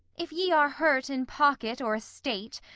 if ye are hurt in pocket or estate,